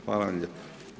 Hvala vam lijepa.